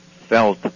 felt